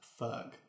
Ferg